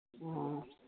ꯑꯣ